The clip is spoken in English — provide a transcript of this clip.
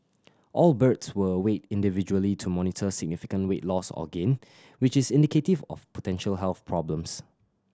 all birds were weighed individually to monitor significant weight loss or gain which is indicative of potential health problems